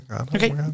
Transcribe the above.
Okay